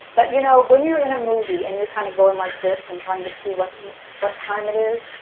but you know, when you're in a movie and you're kind of going like this and trying to see what what time it is?